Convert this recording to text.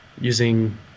using